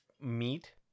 meat